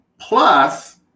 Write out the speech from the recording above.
Plus